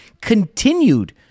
continued